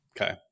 Okay